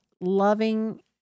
loving